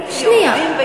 גם בין היהודים,